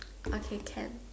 okay can